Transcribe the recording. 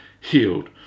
healed